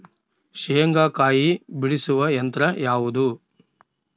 ಶೇಂಗಾಕಾಯಿ ಬಿಡಿಸುವ ಯಂತ್ರ ಯಾವುದು?